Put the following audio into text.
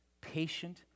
patient